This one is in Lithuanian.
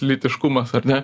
lytiškumas ar ne